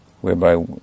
whereby